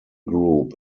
group